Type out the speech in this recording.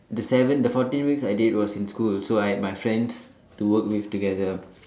the seven the fourteen weeks I did was in school so I had my friends to work with together